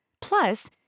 Plus